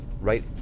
right